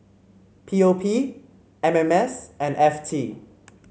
P O P M M S and F T